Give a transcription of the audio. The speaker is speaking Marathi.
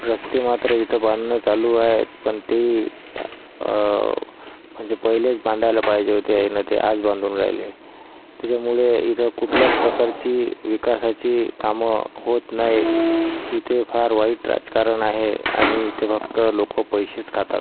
रस्ते मात्र इथ बांधणं चालू आहेत पण तेही म्हणजे पहिलेच बांधायला पाहिजे होते याने ते आज बांधून राहिले त्याच्यामुळे इथं कुठल्याच प्रकारची विकासाची कामं होत नाहीत इथे फार वाईट राजकारण आहे आणि इथे फक्त लोक पैसेच खातात